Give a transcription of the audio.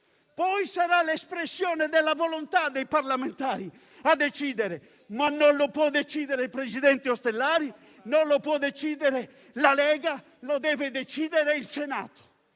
Poi sarà l'espressione della volontà dei parlamentari a decidere, ma non lo può decidere né il presidente Ostellari né la Lega: lo deve decidere il Senato,